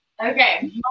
Okay